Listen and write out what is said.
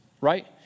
Right